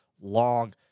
long